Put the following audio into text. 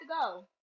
go